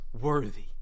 worthy